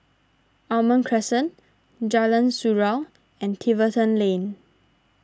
Almond Crescent Jalan Surau and Tiverton Lane